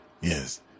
yes